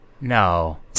No